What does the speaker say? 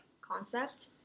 concept